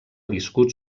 viscut